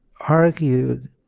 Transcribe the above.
argued